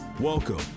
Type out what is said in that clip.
Welcome